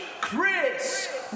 Chris